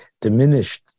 diminished